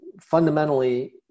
fundamentally